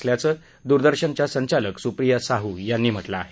असल्याचं दूरदर्शनच्या संचालक सुप्रिया साहु यांनी म्हटलं आहे